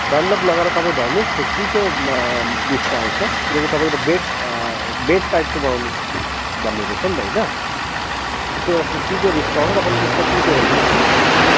Dunlop लगाएर तपाईँ धर्नुहोस् फिप्टीको उयसमा आउँछ किनकि तपाईँले त बेड बेड टाइपको बनाउनु भन्नु भन्नुहुँदैछ नि त होइन त्यसो भए फिफ्टीको बिचमा हो तपाईँलाई त्यसमा टी टेबल पनि दिन्छु हामीहरू